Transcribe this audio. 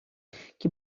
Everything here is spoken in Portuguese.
que